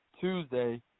Tuesday